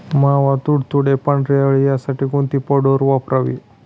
मावा, तुडतुडे, पांढरी अळी यासाठी कोणती पावडर वापरावी?